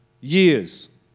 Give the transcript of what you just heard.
years